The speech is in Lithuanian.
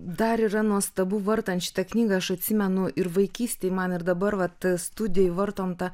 dar yra nuostabu vartant šitą knygą aš atsimenu ir vaikystėj man ir dabar va tas studijoj vartom tą